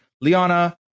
Liana